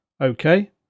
Okay